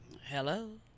Hello